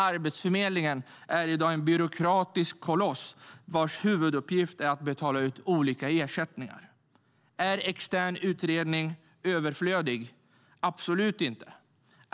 Arbetsförmedlingen är i dag en byråkratisk koloss vars huvuduppgift är att betala ut olika ersättningar. Är extern utredning överflödig? Absolut inte!